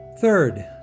Third